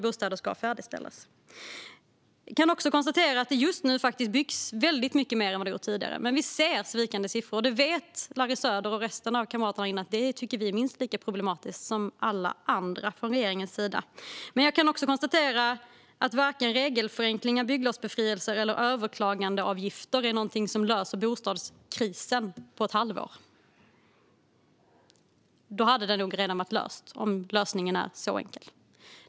Jag kan också konstatera att det just nu faktiskt byggs väldigt mycket mer än tidigare. Men vi ser vikande siffror, och både Larry Söder och resten av kamraterna här inne vet att vi från regeringens sida tycker att detta är minst lika problematiskt som alla andra. Men jag kan också konstatera att varken regelförenklingar, bygglovsbefrielser eller överklagandeavgifter löser bostadskrisen på ett halvår. Då hade den nog redan varit löst, om det hade varit så enkelt.